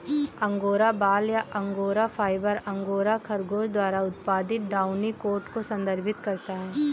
angora बाल या angora fibre, angora खरगोश द्वारा उत्पादित डाउनी कोट को संदर्भित करता है